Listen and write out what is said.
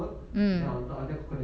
mm